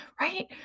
Right